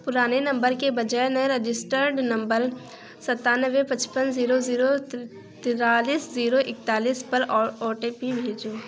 پرانے نمبر کے بجائے نئے رجسٹرڈ نمبر ستانوے پچپن زیرو زیرو تیتالیس زیرو اكتالیس پر او ٹی پی بھیجو